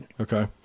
Okay